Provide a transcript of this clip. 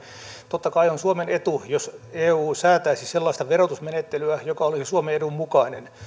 totta kai on suomen etu jos eu säätäisi sellaista verotusmenettelyä joka olisi suomen edun mukainen